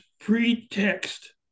pretext